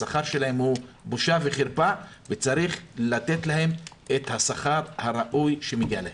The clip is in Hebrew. השכר שלהם הוא בושה וחרפה וצריך לתת להם את השכר הראוי שמגיע להם.